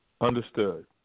Understood